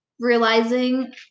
Realizing